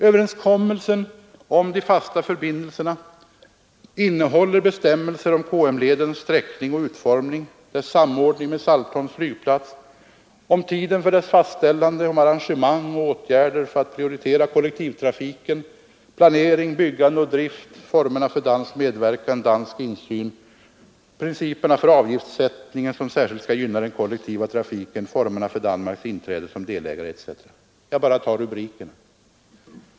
Överenskommelsen om de fasta förbindelserna innehåller bestämmelser om KM-ledens sträckning och utformning och dess samordning med Saltholms flygplats, om tiden för dess färdigställande, om arrangemang och åtgärder för att prioritera kollektivtrafiken, om planering, byggande och drift, om formerna för dansk medverkan och om dansk insyn i projektet, om principerna för avgiftssättningen — som särskilt skall gynna den kollektiva trafiken —, om formerna för Danmarks inträde som delägare etc. Jag bara tar rubrikerna.